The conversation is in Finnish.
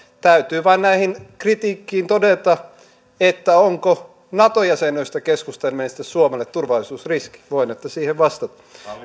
täytyy vain kritiikkiin todeta että onko nato jäsenyydestä keskusteleminen sitten suomelle turvallisuusriski voinette siihen vastata